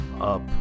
up